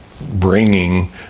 bringing